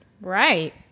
Right